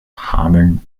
hameln